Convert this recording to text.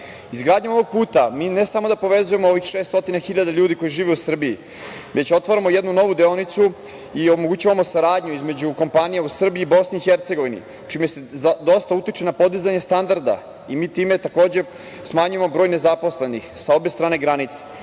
bogatiji. Izgradnjom ovog puta mi ne samo da povezujemo ovih 600 hiljada ljudi koji žive u Srbiji, već otvaramo jednu novu deonicu i omogućavamo saradnju između kompanija u Srbiji i Bosni i Hercegovini, čime se dosta utiče na podizanje standarda. Time, takođe, smanjujemo broj nezaposlenih sa obe strane granice. Želim